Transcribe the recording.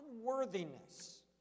unworthiness